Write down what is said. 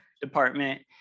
department